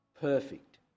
perfect